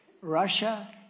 Russia